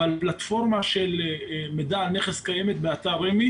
אבל קיימת פלטפורמה כזאת באתר רמ"י